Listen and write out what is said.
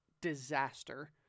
disaster